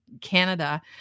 Canada